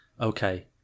okay